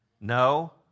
No